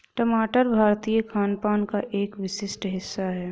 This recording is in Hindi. टमाटर भारतीय खानपान का एक विशिष्ट हिस्सा है